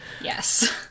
Yes